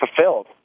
fulfilled